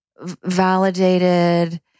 validated